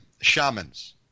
shamans